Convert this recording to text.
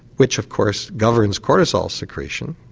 which of course governs cortisol secretion,